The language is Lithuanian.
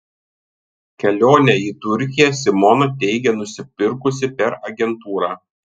kelionę į turkiją simona teigia nusipirkusi per agentūrą